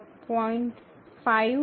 ૫ છે